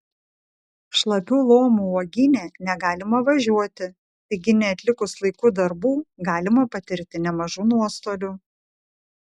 šlapių lomų uogyne negalima važiuoti taigi neatlikus laiku darbų galima patirti nemažų nuostolių